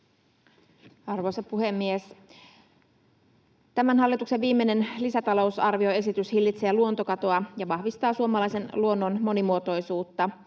Arvoisa puhemies! Tämän hallituksen viimeinen lisäta-lousarvioesitys hillitsee luontokatoa ja vahvistaa suomalaisen luonnon monimuotoisuutta.